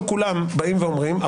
קודם כל, קצת חדשות טובות.